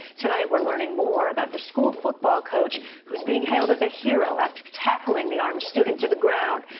tonight we're learning more about the school football coach who is being hailed as a hero after tackling the armed student to the ground.